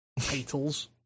titles